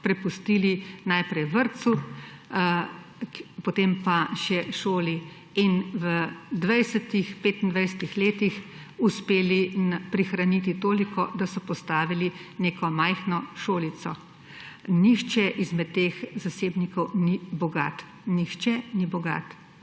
prepustili najprej vrtcu, potem pa še šoli. In v 20, 25 letih uspeli prihraniti toliko, da so postavili neko majhno šolo. Nihče izmed teh zasebnikov ni bogat, nihče ni bogat,